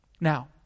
Now